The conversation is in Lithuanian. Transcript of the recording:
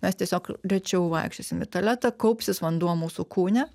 mes tiesiog rečiau vaikščiosim į tualetą kaupsis vanduo mūsų kūne